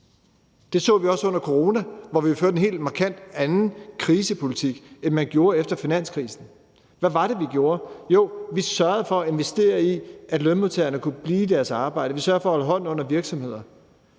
Det så vi også under corona, hvor vi førte en helt markant anden krisepolitik, end man gjorde efter finanskrisen. Hvad var det, vi gjorde? Jo, vi sørgede for at investere i, at lønmodtagerne kunne blive i deres arbejde, og vi sørgede for at holde hånden under virksomhederne.